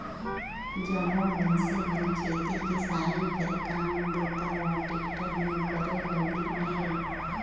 जम्मो मइनसे मन खेती किसानी कर काम बूता ल टेक्टर मे करे लगिन अहे